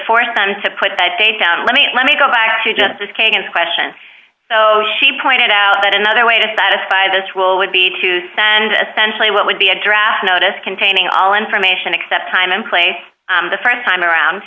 force them to put that date out let me let me go back to justice kagan's question so she pointed out that another way to satisfy this will would be to send a centrally what would be a draft notice containing all information except time and place the st time around